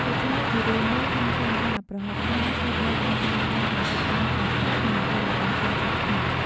ដូច្នេះជារួមមកយើងឃើញថា ប្រហុកខ្មែរគឺត្រូវបានប្រើប្រាស់យ៉ាងសកម្មក្នុងការធ្វើម្ហូបរបស់ជនជាតិខ្មែរ។